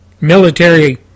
military